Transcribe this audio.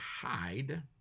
hide